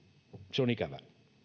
se on ikävää